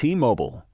T-Mobile